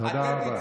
תודה רבה.